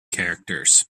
characters